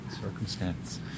circumstance